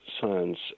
science